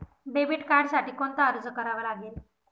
Debit कार्डसाठी कोणता अर्ज करावा लागेल?